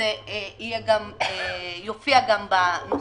שזה יופיע גם בנוסחים.